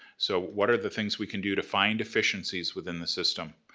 so what are the things we can do to find efficiencies within the system?